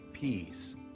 peace